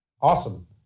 Awesome